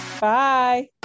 Bye